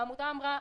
העמותה אמרה,